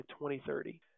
2030